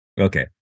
Okay